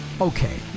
okay